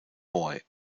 boy